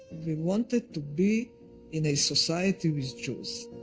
we wanted to be in a society with jews.